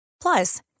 Plus